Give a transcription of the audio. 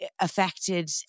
affected